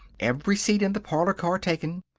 every seat in the parlor car taken.